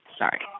Sorry